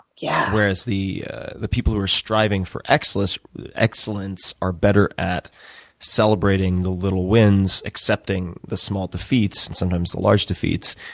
yeah whereas the the people who are striving for excellence for excellence are better at celebrating the little wins, accepting the small defeats, and sometimes the large defeats,